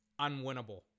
unwinnable